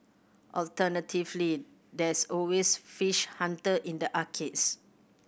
alternatively there's always Fish Hunter in the arcades